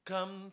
Come